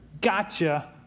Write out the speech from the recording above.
gotcha